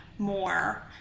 more